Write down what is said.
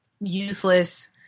useless